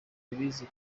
ibizi